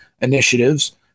initiatives